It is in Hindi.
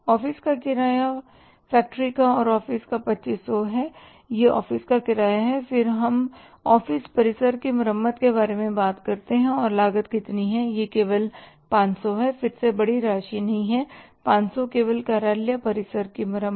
ऑफ़िस का किराया किराया फैक्ट्री का और ऑफ़िस का 2500 है यह ऑफ़िस का किराया है फिर हम ऑफ़िस परिसर की मरम्मत के बारे में बात करते हैं और लागत कितनी है यह केवल 500 है फिर से बड़ी राशि नहीं 500 केवल कार्यालय परिसर की मरम्मत